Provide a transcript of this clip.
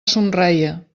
somreia